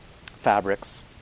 fabrics